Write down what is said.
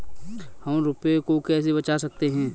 हम रुपये को कैसे बचा सकते हैं?